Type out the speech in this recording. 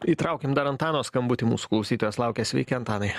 įtraukim dar antano skambutį mūsų klausytojas laukia sveiki antanai